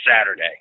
Saturday